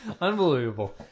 Unbelievable